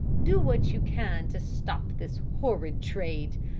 do what you can to stop this horrid trade.